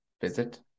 visit